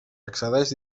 accedeix